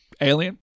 alien